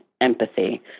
empathy